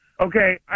okay